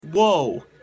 Whoa